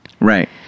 Right